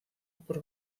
por